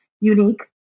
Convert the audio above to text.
Unique